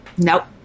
Nope